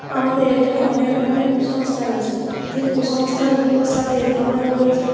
আমাদের এলাকায় অনেক রকমের কুসংস্কার রয়েছে যে কুসংস্কারগুলোর সাথে আমরা রোজ